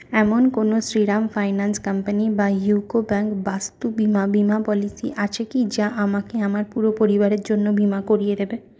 এমন কোনও Shriram finance company বা ইউকো ব্যাংক বাস্তু বিমা বিমা পলিসি আছে কি যা আমাকে আমার পুরো পরিবারের জন্য বিমা করিয়ে দেবে